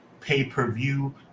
pay-per-view